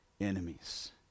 Enemies